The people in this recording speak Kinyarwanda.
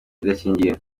idakingiye